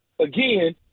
again